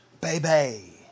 Baby